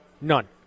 None